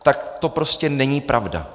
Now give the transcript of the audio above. Tak to prostě není pravda.